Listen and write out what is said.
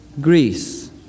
Greece